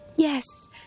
Yes